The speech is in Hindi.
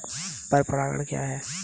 पर परागण क्या है?